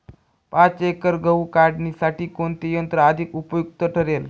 पाच एकर गहू काढणीसाठी कोणते यंत्र अधिक उपयुक्त ठरेल?